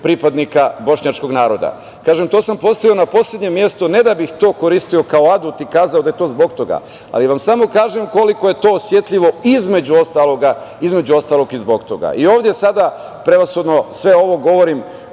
pripadnika bošnjačkog naroda. Kažem, to sam postavio na poslednje mesto, ne da bih to koristio kao adut i kazao da je to zbog toga, ali vam samo kažem koliko je to osetljivo, između ostalog i zbog toga. Ovde sada sve ovo govorim